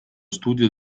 studio